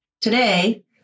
Today